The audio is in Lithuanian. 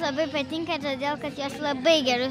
labai patinka todėl kad jos labai gerai